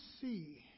see